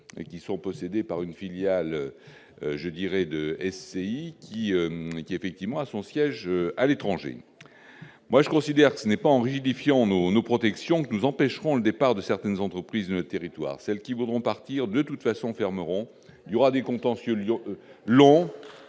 qui sont possédés par une filiale, je dirais de SCI qui qui effectivement a son siège à l'étranger, moi je considère que ce n'est pas Henri défiant nos nos protections que nous empêcherons le départ de certaines entreprises, le territoire, celles qui voudront partir de toute façon, fermeront, il y aura des contentieux dure